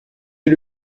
est